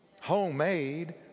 homemade